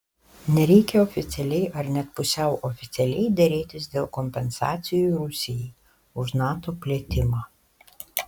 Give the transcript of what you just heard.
nereikia oficialiai ar net pusiau oficialiai derėtis dėl kompensacijų rusijai už nato plėtimą